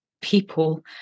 people